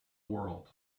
world